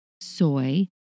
soy